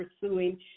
pursuing